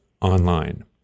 online